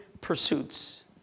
pursuits